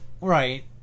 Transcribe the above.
Right